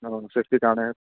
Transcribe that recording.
চেফটিৰ কাৰণে